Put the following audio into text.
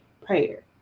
prayer